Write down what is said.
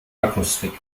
akustik